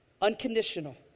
unconditional